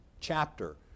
chapter